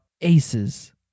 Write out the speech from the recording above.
aces